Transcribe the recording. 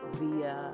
via